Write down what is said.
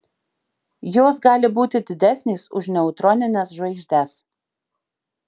jos gali būti didesnės už neutronines žvaigždes